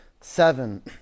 seven